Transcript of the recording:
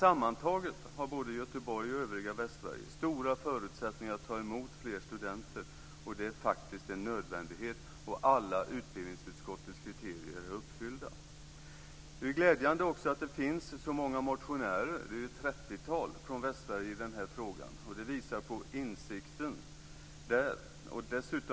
Sammantaget har både Göteborg och övriga Västsverige stora förutsättningar att ta emot fler studenter. Det är faktiskt en nödvändighet. Alla utbildningsutskottets kriterier är uppfyllda. Det är glädjande att det finns så många motionärer - ett trettiotal - från Västsverige i denna fråga. Det visar på insikten där.